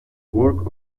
work